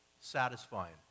satisfying